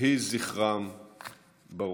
יהי זכרם ברוך.